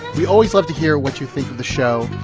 we always love to hear what you think of the show.